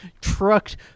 trucked